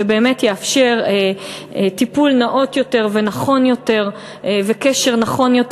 שבאמת יאפשר טיפול נאות יותר ונכון יותר וקשר נכון יותר,